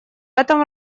этом